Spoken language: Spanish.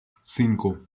cinco